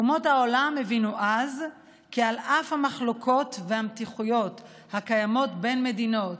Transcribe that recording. אומות העולם הבינו אז כי על אף המחלוקות והמתיחויות הקיימות בין מדינות,